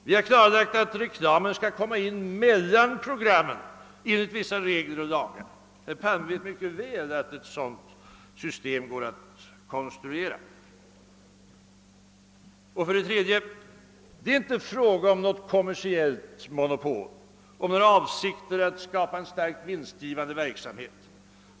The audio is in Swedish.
Vi har klarlagt att reklaminslagen skall komma in mellan programmen enligt vissa regler. Herr Palme vet mycket väl att ett sådant system går att konstruera. För det tredje vill jag understryka, att det inte är fråga om något kommersiellt monopol — det finns inga avsikter att skapa en starkt vinstgivande verksamhet.